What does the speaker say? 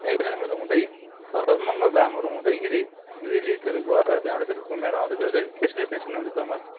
एघार माइल हुँदै तल मङ्गलधामहरू हुँदैखेरि रेलीतिर गएर त्यहाँबाट फेरि घुमेर आउँदा त्यो चाहिँ बेस्ट डेस्टिनेसन हुन्छ तपाईँलाई